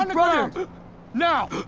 and right now.